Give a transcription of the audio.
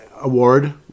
award